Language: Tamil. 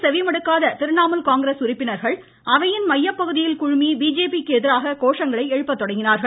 செவிமடுக்காத திரிணாமுல் காங்கிரஸ் உறுப்பினர்கள் அவையின் இதற்கு மையப்பகுதியில் குழுமி பிஜேபிக்கு எதிராக கோஷங்களை எழுப்பத்தொடங்கினார்கள்